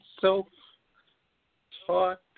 self-taught